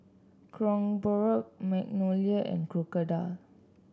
Kronenbourg Magnolia and Crocodile